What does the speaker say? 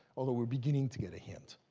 although we're beginning to get a hint.